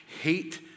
hate